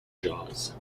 jaws